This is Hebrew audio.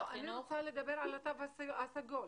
אני רוצה לדבר על התו הסגול.